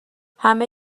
همه